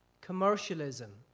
Commercialism